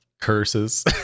curses